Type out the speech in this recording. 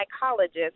psychologist